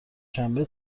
شنبه